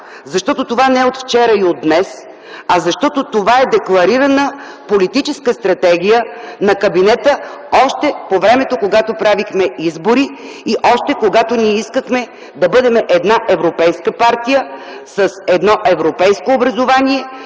защото това не е от вчера и от днес, а защото това е декларирана политическа стратегия на кабинета още по времето, когато правихме избори и още когато ние искахме да бъдем една европейска партия, с европейско образование,